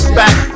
back